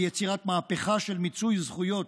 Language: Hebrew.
ביצירת מהפכה של מיצוי זכויות,